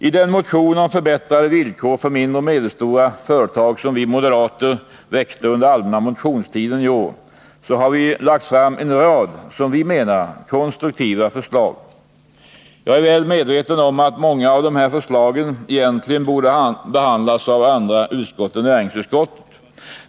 I den motion om förbättrade villkor för mindre och medelstora företag som vi moderater väckte under allmänna motionstiden i år har vi lagt fram en rad, som vi menar, konstruktiva förslag. Jag är väl medveten om att många av dessa förslag egentligen borde behandlas av andra utskott än näringsutskottet.